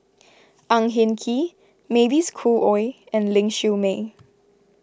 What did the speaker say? Ang Hin Kee Mavis Khoo Oei and Ling Siew May